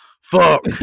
fuck